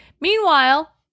Meanwhile